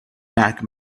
back